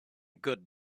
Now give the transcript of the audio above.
good